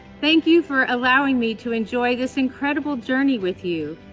thank you for allowing me to enjoy this incredible journey with you.